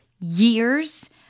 years